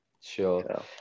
Sure